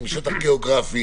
עם שטח גיאוגרפי.